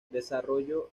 desarrollo